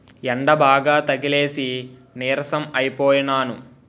యెండబాగా తగిలేసి నీరసం అయిపోనము